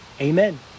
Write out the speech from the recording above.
amen